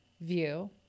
view